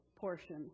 portion